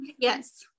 Yes